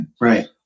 Right